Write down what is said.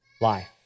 life